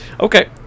Okay